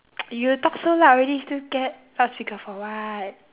you talk so loud already still get loudspeaker for what